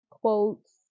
quotes